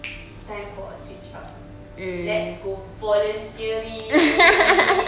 time for a switch up let's go volunteering